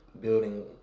building